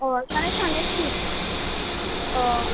अ थानाय जानाय फ्रि अह